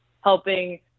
helping